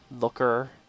Looker